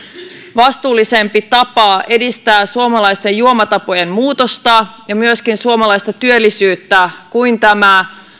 vastuullisempi tapa edistää suomalaisten juomatapojen muutosta ja myöskin suomalaista työllisyyttä kuin tämä